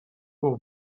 pour